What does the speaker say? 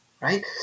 right